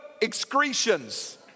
excretions